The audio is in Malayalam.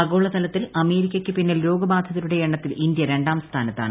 ആഗോളതലത്തിൽ അമേരിക്കക്ക് പിന്നിൽ രോഗബാധിതരുടെ എണ്ണത്തിൽ ഇന്ത്യ രണ്ടാം സ്ഥാനത്താണ്